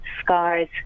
scars